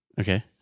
Okay